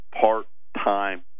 part-time